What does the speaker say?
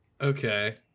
okay